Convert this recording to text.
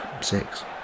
six